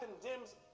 condemns